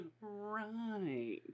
Right